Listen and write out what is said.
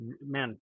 man